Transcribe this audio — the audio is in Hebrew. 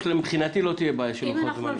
לא תהיה בעיה של לוחות זמנים.